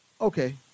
okay